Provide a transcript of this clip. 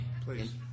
please